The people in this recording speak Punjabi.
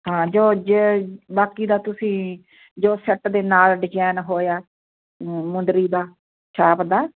ਹਾਂ ਜੋ ਅੱਜ ਬਾਕੀ ਦਾ ਤੁਸੀਂ ਜੋ ਸੈੱਟ ਦੇ ਨਾਲ ਡਿਜਾਇਨ ਹੋਇਆ ਮੁੰਦਰੀ ਦਾ ਛਾਪ ਦਾ